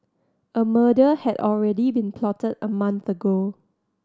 a murder had already been plotted a month ago